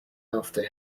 after